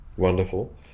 Wonderful